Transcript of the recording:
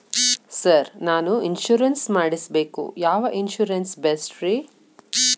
Sir ನಾನು insurance ಮಾಡಿಸಬೇಕು ಯಾವ ಇನ್ಶೂರೆನ್ಸ್ ಬೆಸ್ಟ್ರಿ?